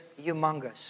humongous